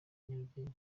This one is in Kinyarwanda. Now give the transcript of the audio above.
nyarugenge